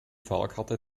fahrkarte